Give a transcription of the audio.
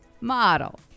model